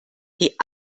die